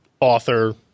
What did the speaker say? author